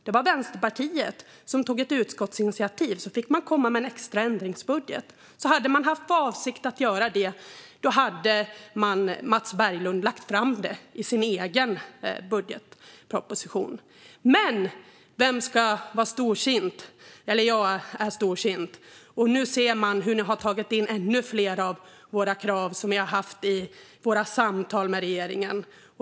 Det var Vänsterpartiet som lade fram förslag om ett utskottsinitiativ, och regeringen fick komma med en extra ändringsbudget. Om regeringen hade haft för avsikt att göra detta hade Mats Berglund lagt fram det i sin egen budgetproposition. Men jag ska vara storsint, och nu ser vi att ni har tagit in ännu fler av de krav som Vänsterpartiet har haft i samtalen med regeringen.